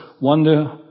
wonder